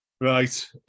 Right